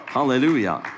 Hallelujah